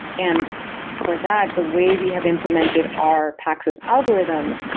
and for that, the way we have implemented our paxos algorithm,